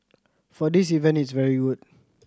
so this event it's very good